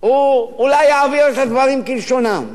אולי הוא יעביר את הדברים כלשונם.